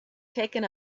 taken